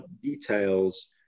details